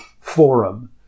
forum